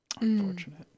Unfortunate